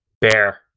bear